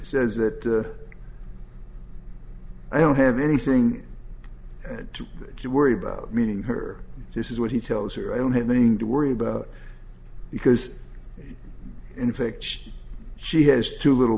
says that i don't have anything to worry about meeting her this is what he tells her i don't have anything to worry about because in fact she has two little